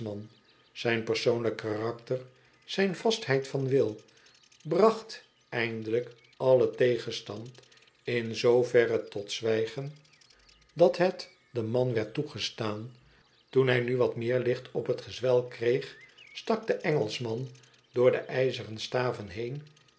zijn persoonlijk karakter zijn vastheid van wil bracht eindelijk allen tegenstand in zooverre tot zwijgen dat het denman werd toegestaan toen hij nu wat meer licht op t gezwel kreeg stak de engelschman door de ijzeren staven heen